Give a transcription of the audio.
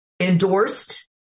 endorsed